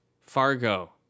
Fargo